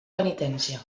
penitència